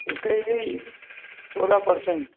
इसका यही सोलह परसेंट